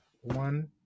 one